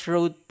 Road